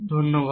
ধন্যবাদ